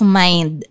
mind